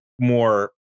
more